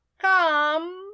come